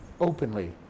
openly